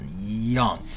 young